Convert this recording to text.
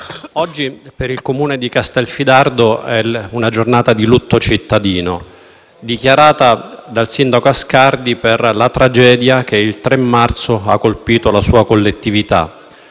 oggi per il Comune di Castelfidardo è una giornata di lutto cittadino, dichiarata dal sindaco Ascardi per la tragedia che il 3 marzo ha colpito la sua collettività: